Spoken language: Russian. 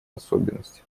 особенности